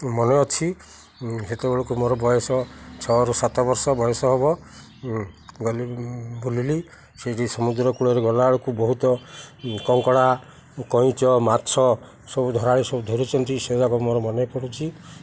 ମନେ ଅଛି ସେତେବେଳକୁ ମୋର ବୟସ ଛଅରୁ ସାତ ବର୍ଷ ବୟସ ହବ ଗଲି ବୁଲିଲି ସେଇଠି ସମୁଦ୍ର କୂଳରେ ଗଲାବେଳକୁ ବହୁତ କଙ୍କଡ଼ା କଇଁଚ ମାଛ ସବୁ ଧରାଳି ସବୁ ଧରୁଛନ୍ତି ସେ ଯାକ ମୋର ମନେ ପଡ଼ୁଛି